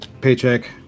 paycheck